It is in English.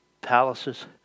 palaces